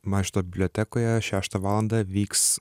mažvydo bibliotekoje šeštą valandą vyks